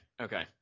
okay